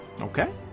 Okay